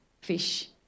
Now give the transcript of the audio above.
fish